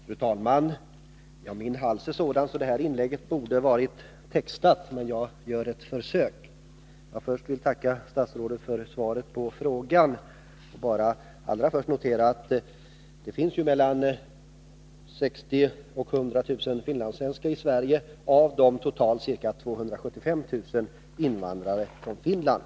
Fru talman! Min hals är sådan att det här inlägget borde ha varit textat, men jag gör ett försök. Allra först vill jag tacka statsrådet för svaret på frågan. Jag noterar att det finns mellan 60 000 och 100 000 finlandssvenskar i Sverige, av de totalt ca 275 000 invandrarna från Finland.